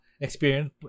experience